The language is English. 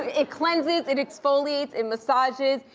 it cleanses, it exfoliates, it massages.